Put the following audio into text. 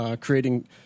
creating